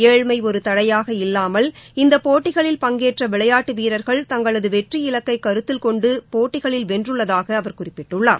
ஏழ்மை ஒரு தடையாக இல்லாமல் இந்த போட்டிகளில் பங்கேற்ற விளையாட்டு வீரர்கள் தங்கள்கு வெற்றி இலக்கை கருத்தில் கொண்டு போட்டிகளில் வென்றுள்ளதாக அவர் குறிப்பிட்டுள்ளார்